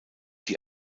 die